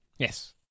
Yes